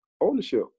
Ownership